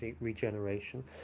regeneration